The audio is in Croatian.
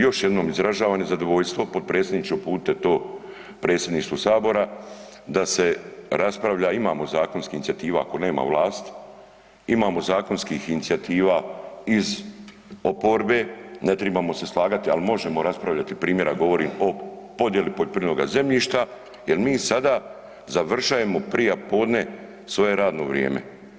Još jednom izražavam nezadovoljstvo, potpredsjedniče uputite to predsjedništvu sabora da se raspravlja, imamo zakonskih inicijativa ako nema vlast imamo zakonskih inicijativa iz oporbe, ne tribamo se slagati ali možemo raspravljati primjera govorim o podjeli poljoprivrednoga zemljišta jer mi sada završajemo prije podne svoje radno vrijeme.